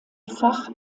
fach